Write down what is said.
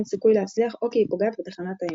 סיכוי להצליח או כי היא פוגעת בתחנת האם.